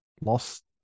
lost